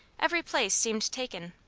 every place seemed taken.